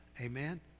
Amen